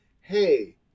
hey